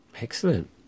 excellent